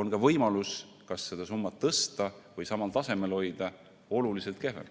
on ka võimalus seda summat suurendada või samal tasemel hoida oluliselt kehvem.